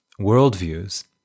worldviews